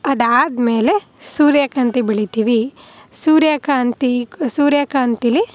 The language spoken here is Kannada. ಅದಾದ್ಮೇಲೆ ಸೂರ್ಯಕಾಂತಿ ಬೆಳಿತೀವಿ ಸೂರ್ಯಕಾಂತಿ ಸೂರ್ಯಕಾಂತಿಲಿ